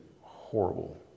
horrible